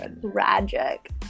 tragic